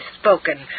spoken